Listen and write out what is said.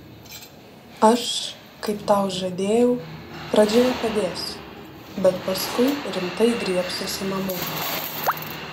aš kaip tau žadėjau pradžioje padėsiu bet paskui rimtai griebsiuosi namo